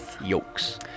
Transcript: Yokes